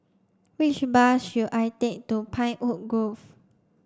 which bus should I take to Pinewood Grove